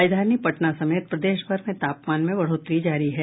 राजधानी पटना समेत प्रदेश भर में तापमान में बढ़ोतरी जारी है